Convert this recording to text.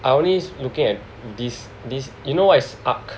I only looking at this this you know what is ARKK